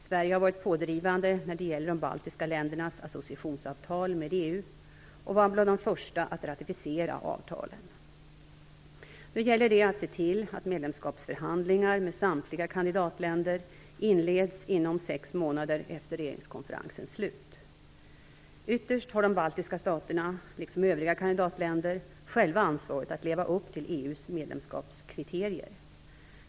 Sverige har varit pådrivande när det gäller de baltiska ländernas associationsavtal med EU och var bland de första att ratificera avtalen. Nu gäller det att se till att medlemskapsförhandlingar med samtliga kandidatländer inleds inom sex månader efter regeringskonferensens slut. Ytterst har de baltiska staterna, liksom övriga kandidatländer, själva ansvaret att leva upp till EU:s medlemskapskriterier.